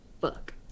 Fuck